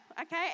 okay